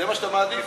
זה מה שאתה מעדיף?